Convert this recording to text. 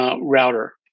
router